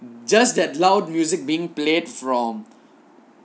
just that loud music being played from